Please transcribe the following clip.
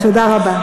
תודה רבה.